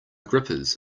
grippers